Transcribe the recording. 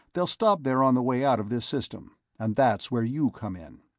they'll stop there on the way out of this system and that's where you come in.